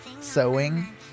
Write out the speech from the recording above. sewing